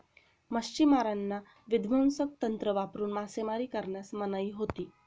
मच्छिमारांना विध्वंसक तंत्र वापरून मासेमारी करण्यास मनाई होती